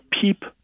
peep